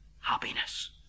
happiness